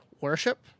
worship